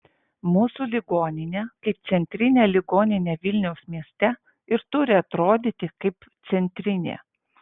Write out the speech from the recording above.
mūsų ligoninė kaip centrinė ligoninė vilniaus mieste ir turi atrodyti kaip centrinė